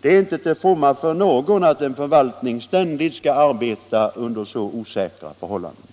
Det är inte till fromma för någon att en förvaltning ständigt skall arbeta under så osäkra förhållanden.